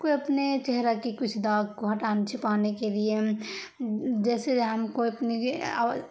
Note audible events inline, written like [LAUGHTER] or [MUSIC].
کوئی اپنے چہرہ کی کچھ داغ کو ہٹانے چھپانے کے لیے جیسے جہاں کوئی نجی [UNINTELLIGIBLE]